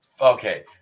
Okay